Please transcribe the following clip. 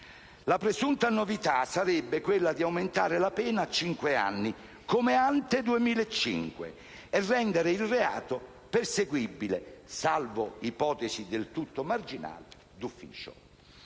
La presunta novità sarebbe quella di aumentare la pena a cinque anni, come previsto *ante* riforma del 2005, e rendere il reato perseguibile, salvo ipotesi del tutto marginali, d'ufficio.